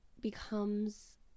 becomes